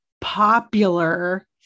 popular